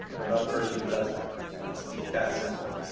i'm not a person who does that. and it's that simple.